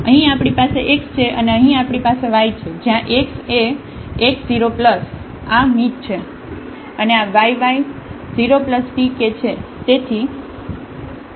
તેથી અહીં આપણી પાસે x છે અને અહીં આપણી પાસે y છે જ્યાં x a x 0 આ મી છે અને આ y y 0 tk છે